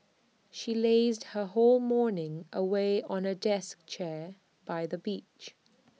she lazed her whole morning away on A deck chair by the beach